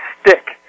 stick